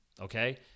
okay